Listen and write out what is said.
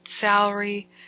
salary